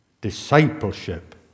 Discipleship